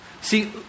See